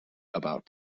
about